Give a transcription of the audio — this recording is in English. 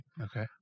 Okay